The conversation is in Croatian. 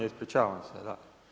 Ispričavam se, da.